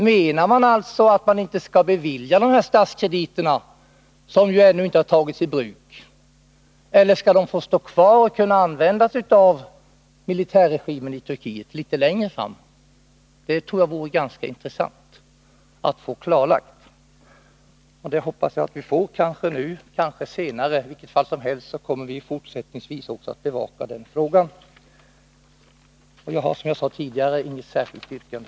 Menar man att Sverige inte skall bevilja dessa statskrediter, som ännu inte har tagits i bruk, eller skall de få stå kvar och kunna användas av militärregimen i Turkiet litet längre fram? Det vore ganska intressant att få detta klarlagt, och jag hoppas att vi skall få det — kanske nu, kanske senare. I vilket fall som helst kommer vi fortsättningsvis att bevaka den frågan. Jag har, som jag sade tidigare, inget särskilt yrkande.